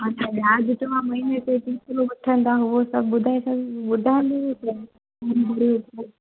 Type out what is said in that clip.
अच्छा ब्याज़ त महीने ते केतिरो वठंदा उहो सभु ॿुधाए छॾ ॿुधाईंदव